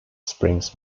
springs